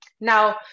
Now